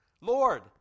Lord